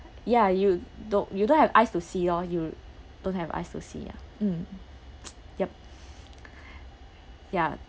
ya you don't you don't have eyes to see loh you don't have eyes to see ah mm yup ya